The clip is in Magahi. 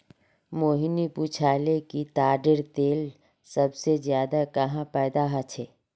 मोहिनी पूछाले कि ताडेर तेल सबसे ज्यादा कुहाँ पैदा ह छे